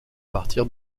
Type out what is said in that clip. partir